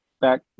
Back